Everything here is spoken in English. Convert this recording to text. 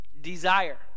desire